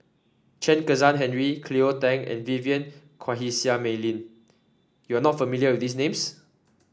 Chen Kezhan Henri Cleo Thang and Vivien Quahe Seah Mei Lin you are not familiar with these names